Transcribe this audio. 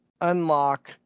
unlock